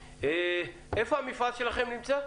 איפה המפעל שלכם נמצא?